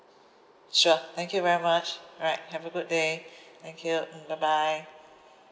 sure thank you very much alright have a good day thank you mm bye bye